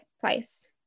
place